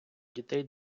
дітей